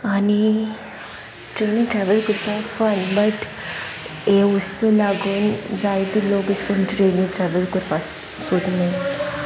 आनी ट्रेनी ट्रॅवल करपाक फन बट हे वस्तू लागून जायते लोक अशे करून ट्रेनी ट्रॅवल करपाक सोदनाय